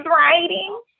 writing